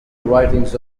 writings